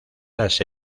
las